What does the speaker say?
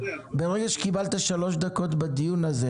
ברגע שקיבלת שלוש דקות בדיון הזה